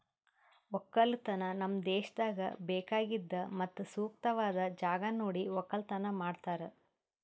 ಒಕ್ಕಲತನ ನಮ್ ದೇಶದಾಗ್ ಬೇಕಾಗಿದ್ ಮತ್ತ ಸೂಕ್ತವಾದ್ ಜಾಗ ನೋಡಿ ಒಕ್ಕಲತನ ಮಾಡ್ತಾರ್